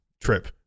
trip